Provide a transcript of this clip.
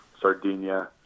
Sardinia